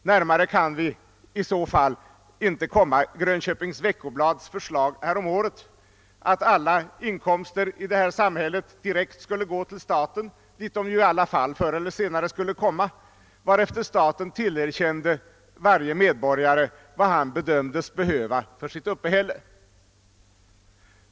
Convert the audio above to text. Närmare kan vi i så fall knappast komma Grönköpings Veckoblads förslag häromåret att alla inkomster direkt skulle gå till staten, dit de ju ändå förr eller senare skulle komma, varefter staten tillerkände varje medborgare vad vederbörande bedömdes behöva för sitt uppehälle.